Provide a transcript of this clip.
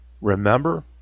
remember